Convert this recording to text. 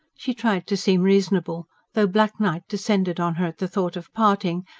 she tried to seem reasonable though black night descended on her at the thought of parting,